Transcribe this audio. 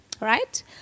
right